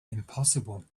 impossible